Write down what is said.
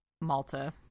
malta